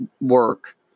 work